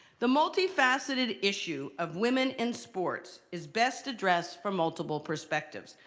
the multi-faceted issue of women in sports is best addressed from multiple perspectives,